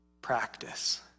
practice